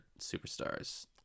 superstars